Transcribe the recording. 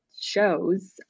shows